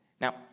Now